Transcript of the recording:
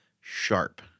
sharp